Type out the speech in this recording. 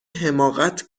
حماقت